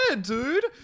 dude